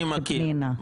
פנינה?